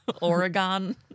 Oregon